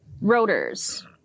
rotors